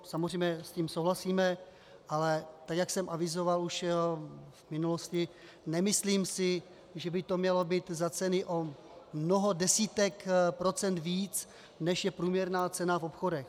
Samozřejmě s tím souhlasíme, ale jak jsem avizoval už v minulosti, nemyslím si, že by to mělo být za ceny o mnoho desítek procent víc, než je průměrná cena v obchodech.